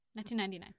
1999